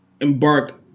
embark